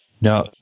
Now